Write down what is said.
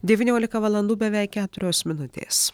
devyniolika valandų beveik keturios minutės